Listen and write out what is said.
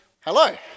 Hello